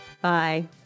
Bye